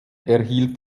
erhielt